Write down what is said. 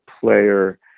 player